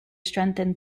strengthened